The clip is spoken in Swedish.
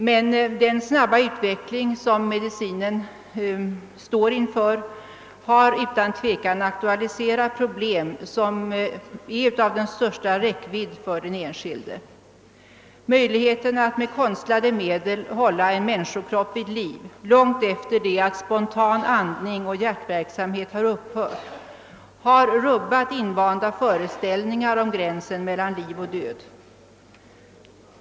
Men den snabba utveckling som skett och sker inom medicinen har utan tvivel aktualiserat problem av den största räckvidd för den enskilde. Möjligheten att med konstlade medel hålla en människokropp vid liv långt efter det att spontan andning och hjärtverksamhet upphört har rubbat invanda föreställningar om gränsen mellan liv och död.